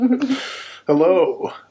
Hello